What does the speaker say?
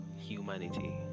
humanity